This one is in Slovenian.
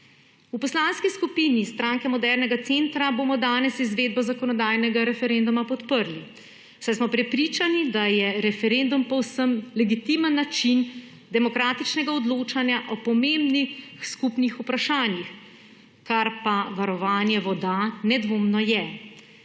V Poslanski skupini Stranke modernega centra bomo danes izvedbo zakonodajnega referenduma podprli, saj smo prepričani, da je referendum povsem legitimen način demokratičnega odločanja o pomembnih skupnih vprašanjih, kar pa varovanje voda nedvomno je.